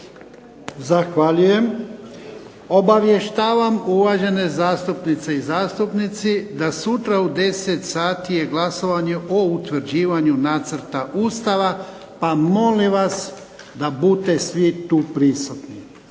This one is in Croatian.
Zahvaljujem. Obavještavam uvažene zastupnice i zastupnici, da sutra u 10,00 sati je glasovanje o utvrđivanju Nacrta Ustava pa molim vas da bute svi tu prisutni.